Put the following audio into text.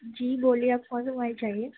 جی بولیے آپ کو کون سی موبائل چاہیے